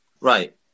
Right